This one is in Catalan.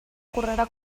correrà